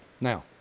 Now